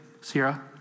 Sierra